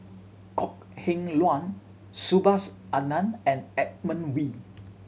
Kok Heng Leun Subhas Anandan and Edmund Wee